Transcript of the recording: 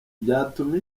byatuma